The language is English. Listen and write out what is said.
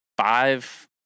five